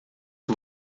que